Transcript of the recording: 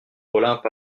olympe